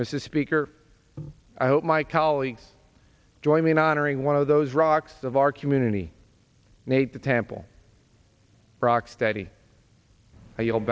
mrs speaker i hope my colleagues join me in honoring one of those rocks of our community made the temple rock steady or you'll